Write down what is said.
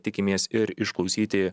tikimės ir išklausyti